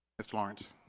mr. lawrence?